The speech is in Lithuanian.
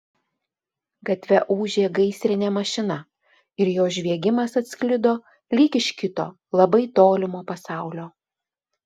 gatve ūžė gaisrinė mašina ir jos žviegimas atsklido lyg iš kito labai tolimo pasaulio